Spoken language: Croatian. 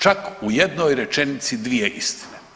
Čak u jednoj rečenici dvije istine.